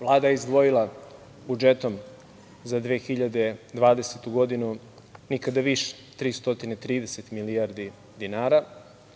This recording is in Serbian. Vlada je izdvojila budžetom za 2020. godinu nikada više, 330 milijardi dinara,